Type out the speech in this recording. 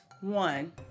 one